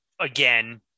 again